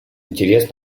интерес